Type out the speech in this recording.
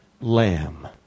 lamb